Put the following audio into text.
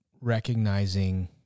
recognizing